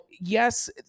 yes